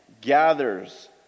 gathers